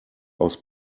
aus